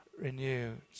renewed